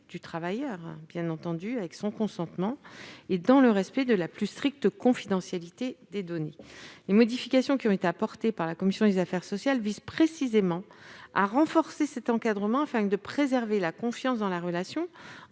du travailleur, avec, bien entendu, le consentement de ce dernier et dans le respect de la plus stricte confidentialité des données. Les modifications apportées par la commission des affaires sociales visent précisément à renforcer cet encadrement, afin de préserver la confiance et la relation